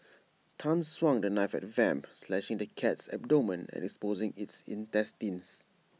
Tan swung the knife at Vamp slashing the cat's abdomen and exposing its intestines